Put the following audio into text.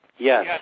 Yes